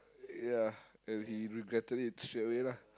yeah and he regretted it straightaway lah